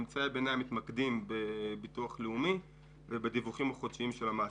ממצאי הביניים מתמקדים בביטוח לאומי ובדיווחים החודשיים של המעסיקים.